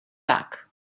back